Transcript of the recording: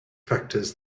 factors